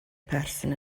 person